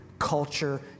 culture